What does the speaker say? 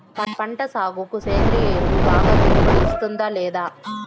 పంట సాగుకు సేంద్రియ ఎరువు బాగా దిగుబడి ఇస్తుందా లేదా